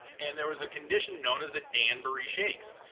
and there was a condition known as the danbury shakes.